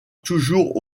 toujours